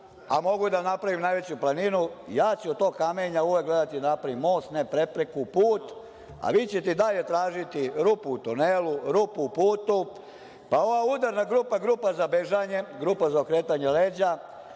a mogu da napravim najveću planinu, ja ću od tog kamenja uvek gledati da napravim most ne prepreku, put, a vi ćete i dalje tražiti rupu u tunelu, rupu u putu, pa ova udarna grupa, grupa za bežanje, grupa za okretanje leđa,